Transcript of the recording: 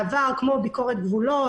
כמו ביקורת גבולות,